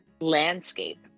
landscape